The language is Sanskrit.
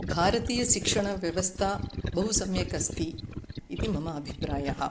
भारतीयशिक्षणव्यवस्था बहु सम्यक् अस्ति इति मम अभिप्रायः